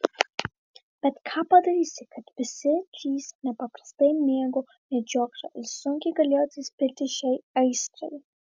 bet ką padarysi kad visi trys nepaprastai mėgo medžioklę ir sunkiai galėjo atsispirti šiai aistrai